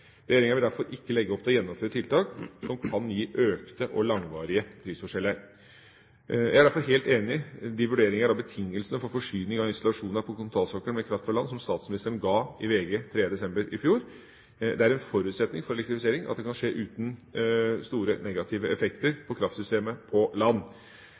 Regjeringa vil derfor ikke legge opp til å gjennomføre tiltak som kan gi økte og langvarige forskjeller. Jeg er derfor helt enig i de vurderingene av betingelsene for forsyning av installasjoner på kontinentalsokkelen med kraft fra land som statsministeren ga i VG 3. desember i fjor. Det er en forutsetning for elektrifisering at det kan skje uten store negative effekter på kraftsystemet på land.